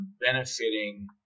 benefiting